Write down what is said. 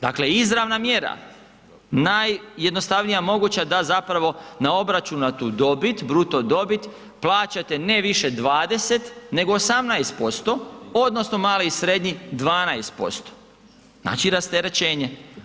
Dakle izravna mjera, najjednostavnija moguća da zapravo na obračunatu dobit, bruto dobit plaćate ne više 20 nego 18%, odnosno mali i srednji 12%, znači rasterečenje.